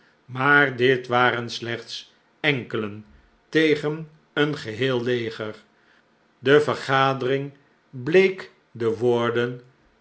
maar dit waren slechts enkelen tegen een gelieel leger de vergadering bleek te woorden